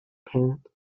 parent